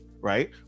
right